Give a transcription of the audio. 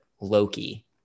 Loki